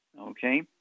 okay